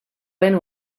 wenn